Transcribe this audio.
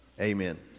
Amen